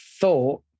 thought